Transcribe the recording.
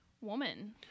woman